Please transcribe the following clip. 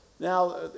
Now